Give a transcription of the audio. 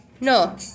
No